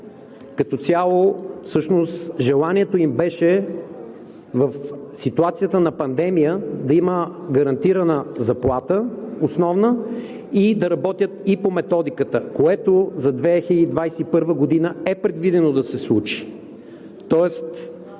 като цяло всъщност желанието им беше в ситуацията на пандемия да има гарантирана основна заплата и да работят и по методиката, което за 2021 г. е предвидено да се случи.